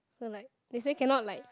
so like they say cannot like